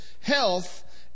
health